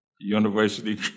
university